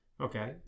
Okay